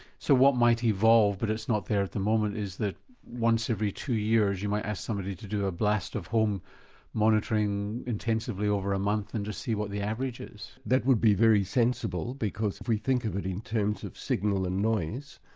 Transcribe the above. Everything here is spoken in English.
so what might evolve, but it's not there at the moment, is that once every two years you might ask somebody to do a blast of home monitoring intensively over a month, and just see what the average is? that would be very sensible, because if we think of it in terms of signal and noise,